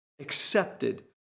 accepted